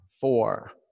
four